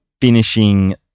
finishing